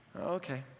Okay